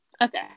Okay